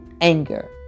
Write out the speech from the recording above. Anger